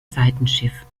seitenschiff